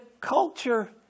culture